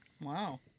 Wow